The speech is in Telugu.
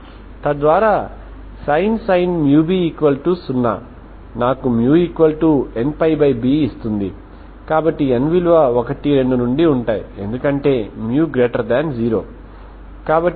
నేను దీనిని ఒక అభ్యాసముగా వ్రాస్తాను ఈ ఇనీషియల్ కండిషన్ విలువ సమస్యను ut 2uxx00xL మరియు t0 మరియు ఇనీషియల్ విలువ లో పరిష్కరిస్తాను